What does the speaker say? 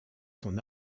son